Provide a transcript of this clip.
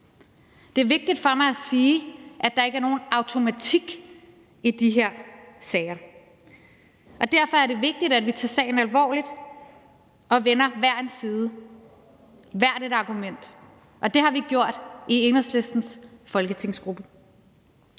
Det er vigtigt for mig at sige, at der ikke er nogen automatik i de her sager, og derfor er det vigtigt, at vi tager sagen alvorligt og vender hver en side, hvert et argument, og det har vi gjort i Enhedslistens folketingsgruppe.